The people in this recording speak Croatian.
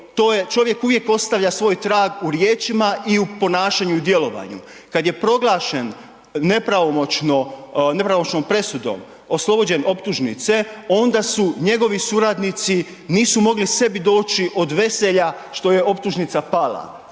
čovjek uvijek ostavlja svoj trag u riječima i u ponašanju i djelovanju. Kad je proglašen nepravomoćnom presudom, oslobođen optužnice, onda su njegovi suradnici, nisu mogli sebi doći od veselja što je optužnica pala,